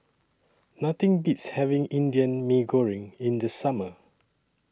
Nothing Beats having Indian Mee Goreng in The Summer